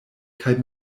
kaj